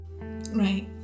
right